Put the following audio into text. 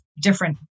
different